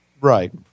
Right